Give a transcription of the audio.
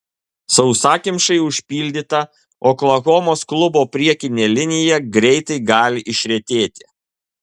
sausakimšai užpildyta oklahomos klubo priekinė linija greitai gali išretėti